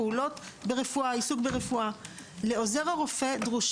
(ו) בהרשאה האישית יפורטו הפעולות הרפואיות שעוזר הרופא מורשה